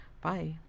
Bye